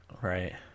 right